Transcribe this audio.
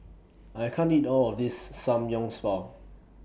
I can't eat All of This Samgyeopsal